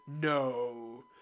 No